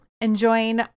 enjoying